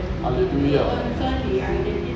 hallelujah